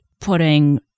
putting